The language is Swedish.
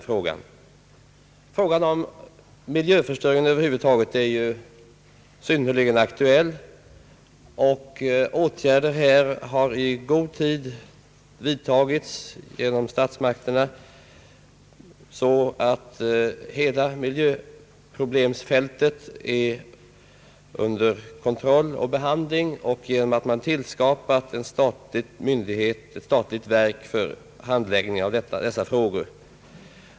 Frågan om miljöförstöringen över huvud taget är ju synnerligen aktuell. Statsmakterna i vårt land har också i god tid vidtagit åtgärder för att få hela miljöproblemsfältet under kontroll och behandling genom att tillskapa ett särskilt statligt verk för handläggning av dessa ärenden.